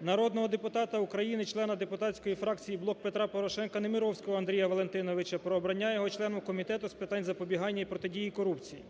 Народного депутата України, члена депутатської фракції "Блок Петра Порошенка" Немировського Андрія Валентиновича про обрання його членом Комітету з питань запобігання і протидії корупції.